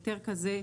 היתר כזה,